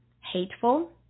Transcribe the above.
hateful